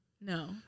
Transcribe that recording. No